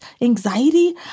anxiety